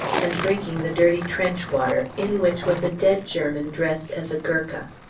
and drinking the dirty trench water, in which was a dead german dressed as a gurkha.